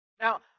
Now